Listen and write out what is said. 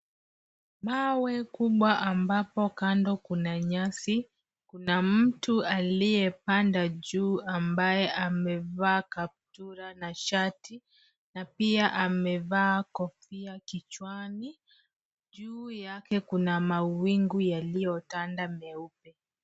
Mawe kubwa ambapo kando kuna nyasi. Kuna mtu aliyepanda juu ambaye amevaa kaptura na shati na pia amevaa kofia kichwani. Juu yake kuna mawingu yaliyotanda meupe.